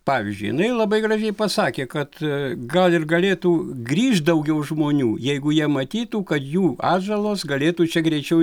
pavyzdžiui jinai labai gražiai pasakė kad gal ir galėtų grįžt daugiau žmonių jeigu jie matytų kad jų atžalos galėtų čia greičiau